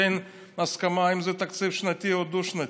אין הסכמה אם זה תקציב שנתי או דו-שנתי.